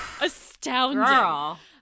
Astounding